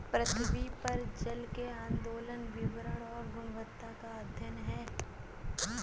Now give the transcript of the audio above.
पृथ्वी पर जल के आंदोलन वितरण और गुणवत्ता का अध्ययन है